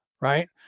Right